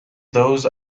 those